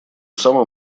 самым